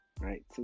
Right